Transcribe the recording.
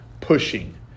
pushing